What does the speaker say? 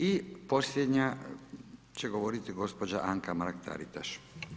I posljednja će govoriti gospođa Anka Mrak-Taritaš.